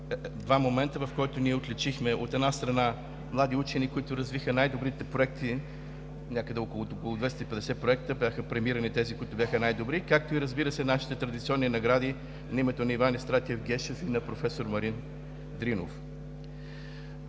два момента, в които ние отличихме, от една страна, млади учени, които развиха най-добрите проекти, някъде от около 250 проекта, и бяха премирани тези, които бяха най-добри, както и, разбира се, нашите традиционни награди на името на Иван Евстратиев Гешов и на професор Марин Дринов.